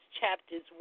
chapters